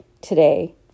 today